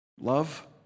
love